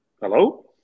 Hello